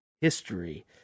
history